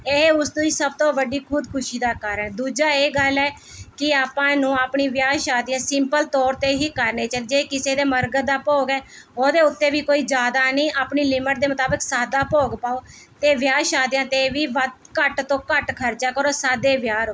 ਇਹ ਉਸ ਤੋਂ ਹੀ ਸਭ ਤੋਂ ਵੱਡੀ ਖੁਦਕੁਸ਼ੀ ਦਾ ਘਰ ਹੈ ਦੂਜਾ ਇਹ ਗੱਲ ਹੈ ਕਿ ਆਪਾਂ ਇਹਨੂੰ ਆਪਣੀ ਵਿਆਹ ਸ਼ਾਦੀਆਂ ਸਿੰਪਲ ਤੌਰ 'ਤੇ ਹੀ ਕਰਨੇ ਚਾਹੀ ਜੇ ਕਿਸੇ ਦੇ ਮਰਕਤ ਦਾ ਭੋਗ ਹੈ ਉਹਦੇ ਉੱਤੇ ਵੀ ਕੋਈ ਜਿਆਦਾ ਨਹੀਂ ਆਪਣੀ ਲਿਮਿਟ ਦੇ ਮੁਤਾਬਿਕ ਸਾਦਾ ਭੋਗ ਪਾਓ ਅਤੇ ਵਿਆਹ ਸ਼ਾਦੀਆਂ 'ਤੇ ਵੀ ਵੱਧ ਘੱਟ ਤੋਂ ਘੱਟ ਖਰਚਾ ਕਰੋ ਸਾਦੇ ਵਿਆਹ ਰੱਖੋ